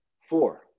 Four